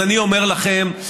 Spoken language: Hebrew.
אז אני אומר לכם,